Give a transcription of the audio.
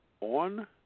on